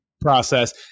process